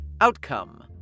Outcome